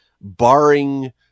barring